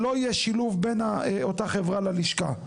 שלא יהיה שילוב בין אותה חברה ללשכה.